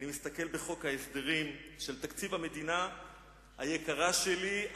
אני מסתכל בחוק ההסדרים של תקציב המדינה היקרה שלי,